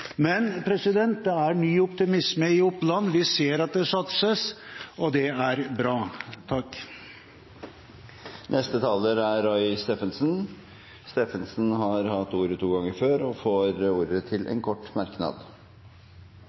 Men det er ny optimisme i Oppland, vi ser at det satses, og det er bra. Representanten Roy Steffensen har hatt ordet to ganger tidligere og får ordet til en kort merknad,